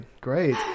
great